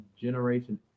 Generation